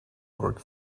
work